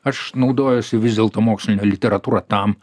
aš naudojuosi vis dėlto moksline literatūra tam